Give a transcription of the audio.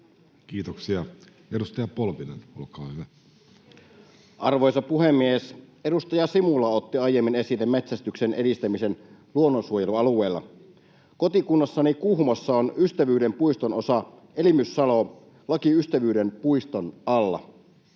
Time: 19:26 Content: Arvoisa puhemies! Edustaja Simula otti aiemmin esille metsästyksen edistämisen luonnonsuojelualueilla. Kotikunnassani Kuhmossa Ystävyyden puiston osa, Elimyssalo, on Ystävyyden puistosta